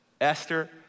Esther